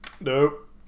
Nope